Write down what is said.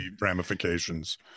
ramifications